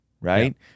right